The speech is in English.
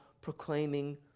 proclaiming